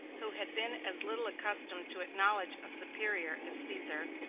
who had been as little accustomed to acknowledge a superior as caesar,